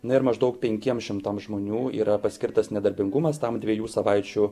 na ir maždaug penkiems šimtams žmonių yra paskirtas nedarbingumas tam dviejų savaičių